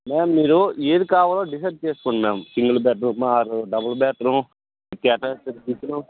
ma'am మీరు ఏది కావాలో డిసైడ్ చేసుకోడి ma'am single bedroom or double bedroom with attached kitchen